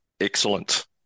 Excellent